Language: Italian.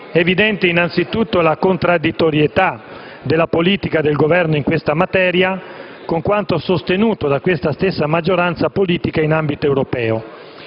evidente la contraddittorietà della politica del Governo in questa materia con quanto sostenuto da questa stessa maggioranza politica in ambito europeo.